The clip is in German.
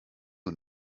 und